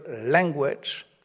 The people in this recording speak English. language